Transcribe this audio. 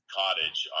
cottage